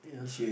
yeah